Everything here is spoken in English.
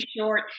short